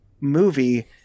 movie